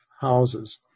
houses